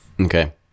Okay